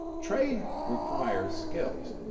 trade requires skills.